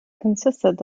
consisted